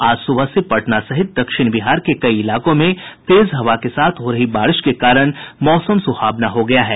आज सुबह से पटना सहित दक्षिण बिहार के कई इलाकों में तेज हवा के साथ हो रही बारिश के कारण मौसम सुहावना हो गया है